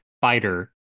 fighter